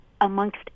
amongst